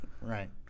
right